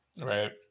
Right